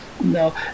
No